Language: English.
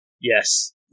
Yes